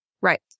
Right